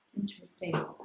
Interesting